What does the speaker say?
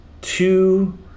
two